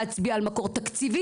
להצביע על מקור תקציבי,